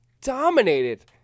dominated